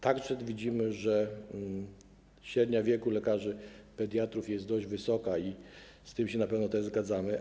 Także widzimy, że średnia wieku lekarzy pediatrów jest dość wysoka i z tym się na pewno też zgadzamy.